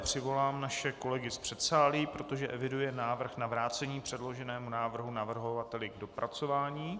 Přivolám naše kolegy z předsálí, protože eviduji návrh na vrácení předloženého návrhu navrhovateli k dopracování.